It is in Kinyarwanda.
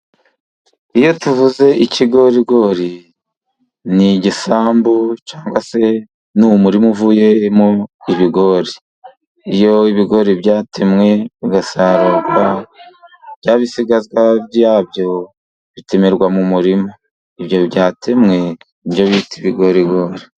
Iyo tuvuze ikigorigori ni igisambu cyangwa se ni umurima uvuyemo ibigori . Iyo ibigori byatemwe, biruzwa ,ibyo bipimirwa mu murima ibyo byatemwe nibyo bita ibigorigori